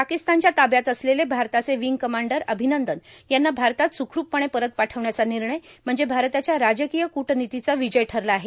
पाकिस्तानच्या ताब्यात असलेले भारताचे विंग कमांडर अभिनंदन यांना भारतात सुखरूपपणे परत पाठवण्याचा निर्णय म्हणजे भारताच्या राजकीय कुटनितीचा विजय ठरला आहे